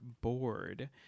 bored